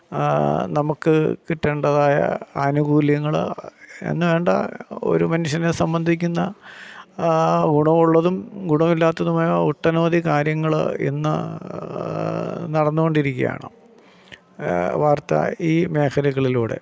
നമുക്ക് കിട്ടേണ്ടതായ ആനുകൂല്യങ്ങള് എന്ന് വേണ്ട ഒരു മനുഷ്യനെ സംബന്ധിക്കുന്ന ഗുണമുള്ളതും ഗുണമില്ലാത്തതുമായ ഒട്ടനവധി കാര്യങ്ങള് ഇന്ന് നടന്നുകൊണ്ടിരിക്കുകയാണ് വാര്ത്ത ഈ മേഖലകളിലൂടെ